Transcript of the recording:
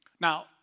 Now